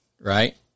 right